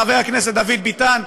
חבר הכנסת דוד ביטן,